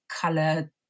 color